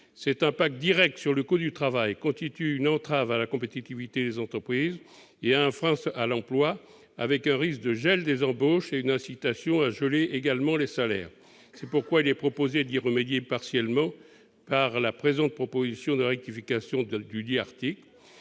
incidence directe sur le coût du travail constitue une entrave à la compétitivité des entreprises et un frein à l'emploi, avec un risque de gel des embauches et d'incitation à geler également les salaires. C'est pourquoi il est ici proposé d'y remédier partiellement. Par ailleurs, le présent article